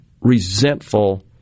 resentful